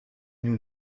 nous